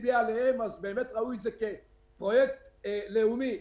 לבי עליהם אז ראו את זה כפרויקט לאומי.